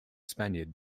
spaniard